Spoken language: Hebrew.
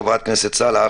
חברת הכנסת סאלח,